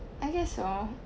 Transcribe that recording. I guess so